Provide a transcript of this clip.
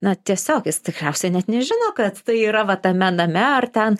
na tiesiog jis tikriausiai net nežino kad tai yra va tame name ar ten